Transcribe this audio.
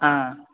हा